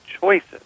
choices